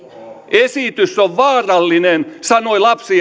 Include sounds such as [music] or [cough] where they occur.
esitys on vaarallinen sanoi lapsi [unintelligible]